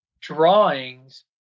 drawings